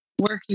working